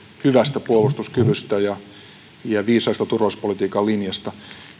hyvästä puolustuskyvystä ja viisaasta turvallisuuspolitiikan linjasta